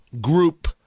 group